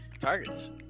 targets